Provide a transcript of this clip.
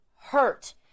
hurt